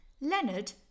Leonard